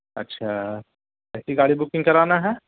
اچھا کیسی گاڑی بکنگ کرانا ہے